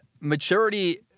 maturity